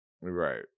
right